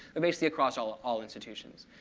basically across all all institutions.